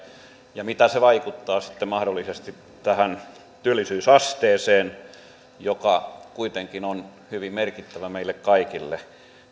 ja mitä se vaikuttaa sitten mahdollisesti tähän työllisyysasteeseen joka kuitenkin on hyvin merkittävä meille kaikille